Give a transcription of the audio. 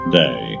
day